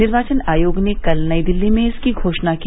निर्वाचन आयोग ने कल नई दिल्ली में इसकी घोषणा की